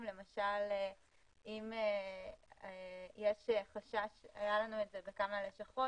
למשל, אם יש קרה לנו בכמה לשכות